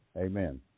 Amen